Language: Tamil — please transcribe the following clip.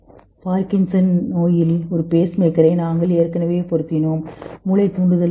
பார்கின்சன் நோயில் ஒரு வேகமான தயாரிப்பாளரை நாங்கள் ஏற்கனவே பொருத்தினோம் மூளை தூண்டுதல் பயன்படுத்தப்படுகிறது